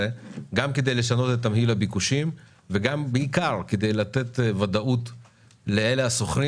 כדי לשנות את תמהיל הביקושים וכדי לתת ודאות לשוכרים